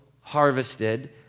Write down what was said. harvested